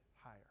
higher